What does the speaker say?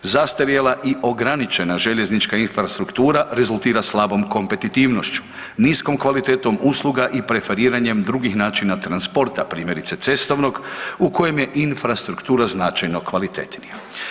Zastarjela i ograničena željeznička infrastruktura rezultira slabom kompetitivnošću, niskom kvalitetom usluga i preferiranjem drugih načina transporta, primjerice cestovnog u kojem je infrastruktura značajno kvalitetnija.